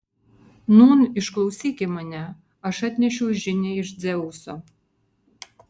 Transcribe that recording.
nūn išklausyki mane aš atnešiau žinią iš dzeuso